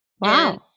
Wow